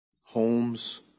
homes